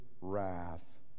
wrath